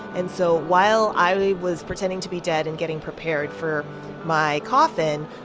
and so while i was pretending to be dead and getting prepared for my coffin,